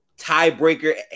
tiebreaker